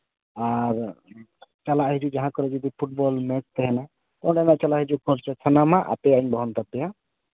ᱟᱨ ᱪᱟᱞᱟᱜ ᱦᱤᱡᱩᱜ ᱡᱟᱦᱟᱸ ᱠᱚᱨᱮ ᱡᱩᱫᱤ ᱯᱷᱩᱴᱵᱚᱞ ᱢᱮᱪ ᱛᱟᱦᱮᱱᱟ ᱚᱱᱟ ᱨᱮᱱᱟᱜ ᱪᱟᱞᱟᱜ ᱦᱤᱡᱩᱜ ᱠᱷᱚᱨᱪᱟ ᱥᱟᱱᱟᱢᱟᱜ ᱟᱯᱮᱭᱟᱜ ᱤᱧ ᱵᱚᱦᱚᱱ ᱛᱟᱯᱮᱭᱟ